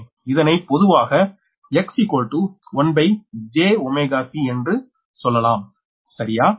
இதனை பொதுவாக 𝑋1jCஎன்று சொல்லலாம் சரியா